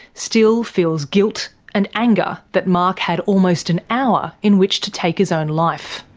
still feels guilt and anger that mark had almost an hour in which to take his own life.